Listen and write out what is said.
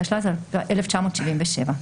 התשל"ז-1977.